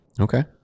Okay